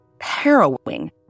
harrowing